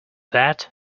that